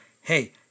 hey